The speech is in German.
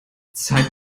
zeig